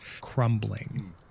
crumbling